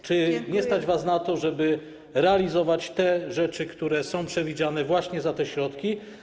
Czy nie stać was na to, żeby realizować te rzeczy, które są przewidziane właśnie za te środki?